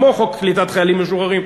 כמו חוק קליטת חיילים משוחררים,